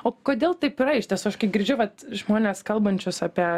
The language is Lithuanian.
o kodėl taip yra iš tiesų aš kiek girdžiu vat žmones kalbančius apie